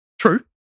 True